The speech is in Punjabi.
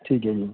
ਠੀਕ ਹੈ ਜੀ